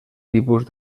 tipus